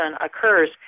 occurs